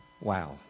Wow